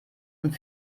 und